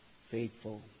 faithful